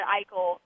Eichel